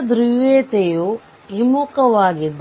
ಸ್ವತಂತ್ರ ಮೂಲಗಳನ್ನು ತಿರುಗಿಸುವ ಮೂಲಕ ಮತ್ತು ಟರ್ಮಿನಲ್ 1 ಮತ್ತು 2 ರಿಂದ ನೋಡುವುದರಿಂದ ಪ್ರತಿರೋಧ Rinput RThevenin ಆಗಿದೆ